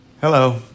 Hello